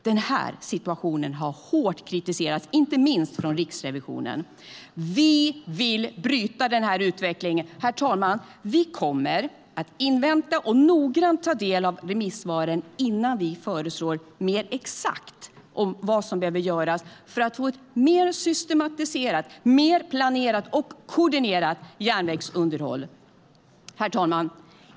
Den situationen har hårt kritiserats, inte minst från Riksrevisionen. Vi vill bryta denna utveckling. Vi kommer att invänta och noggrant ta del av remissvaren innan vi föreslår mer exakt vad som behöver göras för att få ett mer systematiserat, planerat och koordinerat järnvägsunderhåll. Herr talman!